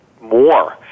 more